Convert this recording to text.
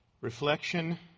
reflection